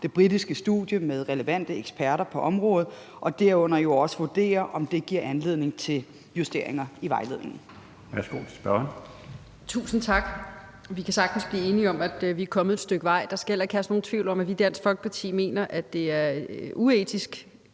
det britiske studie med relevante eksperter på området, og herunder også vurdere, om det giver anledning til justeringer i vejledningen.